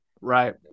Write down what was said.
Right